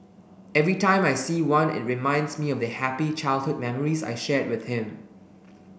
every time I see one it reminds me of the happy childhood memories I shared with him